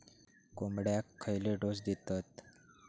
कोंबड्यांक खयले डोस दितत?